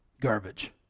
garbage